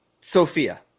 sophia